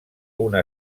una